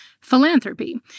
philanthropy